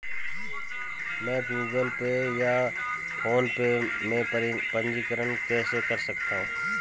मैं Google Pay या PhonePe में पंजीकरण कैसे कर सकता हूँ?